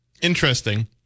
interesting